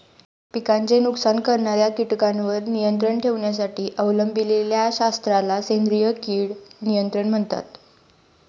पिकांचे नुकसान करणाऱ्या कीटकांवर नियंत्रण ठेवण्यासाठी अवलंबिलेल्या शास्त्राला सेंद्रिय कीड नियंत्रण म्हणतात